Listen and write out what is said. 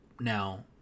now